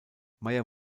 meyer